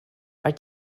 are